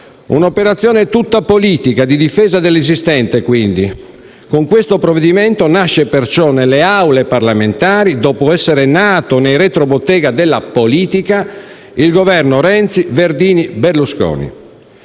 un'operazione tutta politica di difesa dell'esistente. Con il provvedimento in discussione nasce perciò nelle Aule parlamentari, dopo essere nato nei retrobottega della politica, il Governo Renzi, Verdini, Berlusconi.